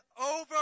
over